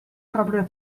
proprio